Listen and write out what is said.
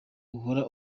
uhora